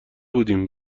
بودیم